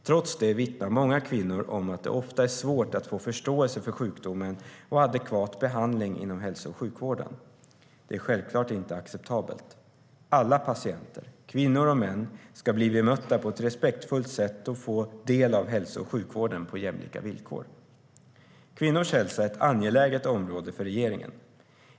Trots det vittnar många kvinnor om att det ofta är svårt att få förståelse för sjukdomen och adekvat behandling inom hälso och sjukvården. Det är självklart inte acceptabelt. Alla patienter, kvinnor och män, ska bli bemötta på ett respektfullt sätt och få del av hälso och sjukvården på jämlika villkor. Kvinnors hälsa är ett angeläget område för regeringen.